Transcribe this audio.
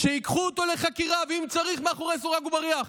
שייקחו אותו לחקירה, ואם צריך, מאחורי סורג ובריח.